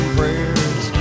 prayers